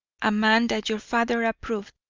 a man that your father approved,